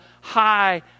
high